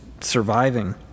surviving